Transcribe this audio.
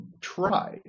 try